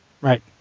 Right